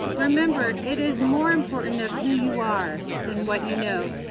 remember, it is more important of who you are than what you know.